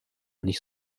nicht